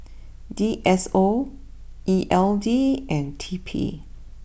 D S O E L D and T P